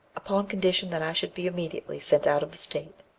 upon condition that i should be immediately sent out of the state.